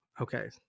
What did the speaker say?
Okay